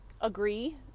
agree